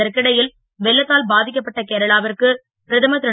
இதற்கிடை ல் வெள்ளத்தால் பா க்கப்பட்ட கேரளாவிற்கு பிரதமர் ரு